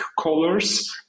colors